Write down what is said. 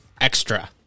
Extra